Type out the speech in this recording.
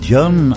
John